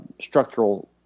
structural